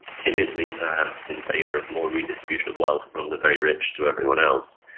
timidly perhaps, in favour of more redistribution of wealth from the very rich to everyone else.